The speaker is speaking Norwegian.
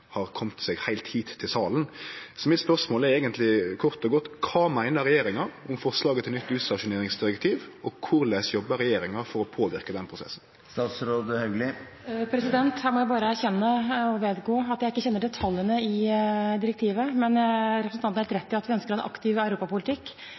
har kome seg heilt hit til salen. Så mitt spørsmål er eigentleg kort og godt: Kva meiner regjeringa om forslaget til nytt utstasjoneringsdirektiv, og korleis jobbar regjeringa for å påverke den prosessen? Her må jeg bare erkjenne og vedgå at jeg ikke kjenner detaljene i direktivet, men representanten har